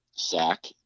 Sack